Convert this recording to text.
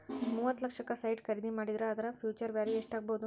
ಮೂವತ್ತ್ ಲಕ್ಷಕ್ಕ ಸೈಟ್ ಖರಿದಿ ಮಾಡಿದ್ರ ಅದರ ಫ್ಹ್ಯುಚರ್ ವ್ಯಾಲಿವ್ ಯೆಸ್ಟಾಗ್ಬೊದು?